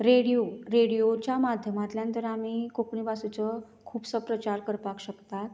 radio रेडिओच्या माध्यमांतल्यान तर आमी कोंकणी भाशेचो खुबसो प्रचार करपाक शकतात